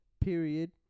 period